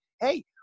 hey